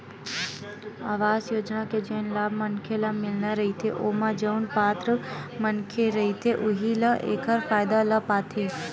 अवास योजना के जेन लाभ मनखे ल मिलना रहिथे ओमा जउन पात्र मनखे रहिथे उहीं ह एखर फायदा ल पाथे